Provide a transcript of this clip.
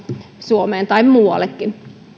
suomeen ja muuallekin